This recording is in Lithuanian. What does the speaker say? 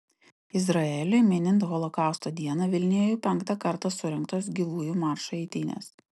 izraeliui minint holokausto dieną vilniuje jau penktą kartą surengtos gyvųjų maršo eitynės